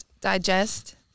digest